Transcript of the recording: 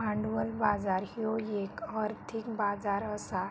भांडवल बाजार ह्यो येक आर्थिक बाजार असा